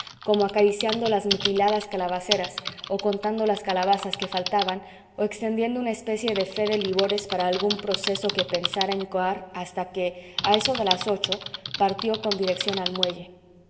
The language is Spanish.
como acariciando las mutiladas calabaceras o contando las calabazas que faltaban o extendiendo una especie de fe de livores para algún proceso que pensara incoar hasta que a eso de las ocho partió con dirección al muelle